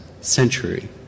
century